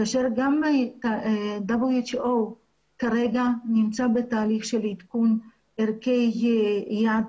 כאשר גם WHOכרגע נמצא בתהליך של עדכון ערכי יעד